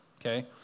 Okay